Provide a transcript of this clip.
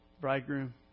bridegroom